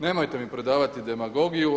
Nemojte mi prodavati demagogiju.